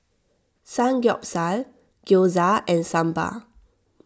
Samgeyopsal Gyoza and Sambar